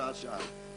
שעה-שעה.